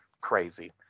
crazy